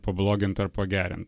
pablogint ar pagerint